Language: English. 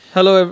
Hello